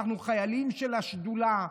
אנחנו חיילים של השדולה.